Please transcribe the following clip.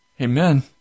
Amen